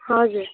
हजुर